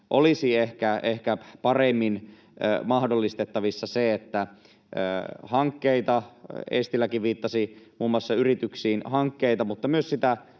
olisi ehkä paremmin mahdollistettavissa se, että kun hankkeita — Eestiläkin viittasi muun muassa yrityksiin — mutta myös sitä